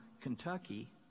Kentucky